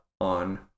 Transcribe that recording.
on